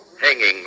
hanging